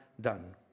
done